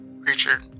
creature